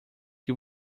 que